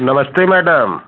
नमस्ते मैडम